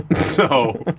so.